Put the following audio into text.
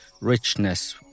richness